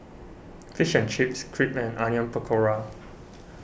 Fish and Chips Crepe and Onion Pakora